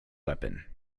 weapon